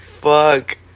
fuck